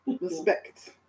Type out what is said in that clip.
Respect